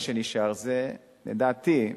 לדעתי,